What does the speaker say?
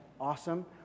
Awesome